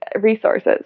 resources